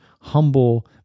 humble